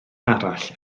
arall